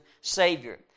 Savior